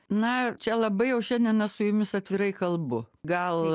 na čia labai jau šiandien esu jumis atvirai kalbu gal